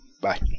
bye